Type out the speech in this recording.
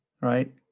right